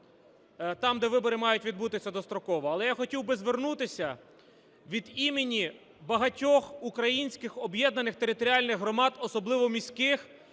там, де вибори мають відбутися достроково. Але я хотів би звернутися від імені багатьох українських об'єднаних територіальних громад, особливо міських,